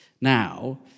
now